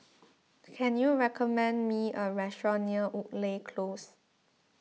can you recommend me a restaurant near Woodleigh Close